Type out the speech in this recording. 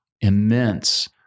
immense